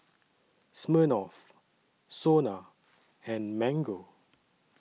Smirnoff Sona and Mango